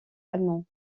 allemand